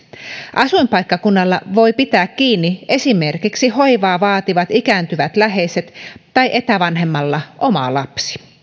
asuinpaikkakunnalla voi pitää kiinni esimerkiksi hoivaa vaativat ikääntyvät läheiset tai etävanhemmalla oma lapsi